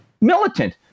militant